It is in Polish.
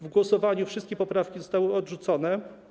W głosowaniu wszystkie poprawki zostały odrzucone.